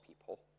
people